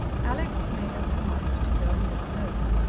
alex had made up her mind to go and live alone.